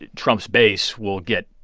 ah trump's base, will get,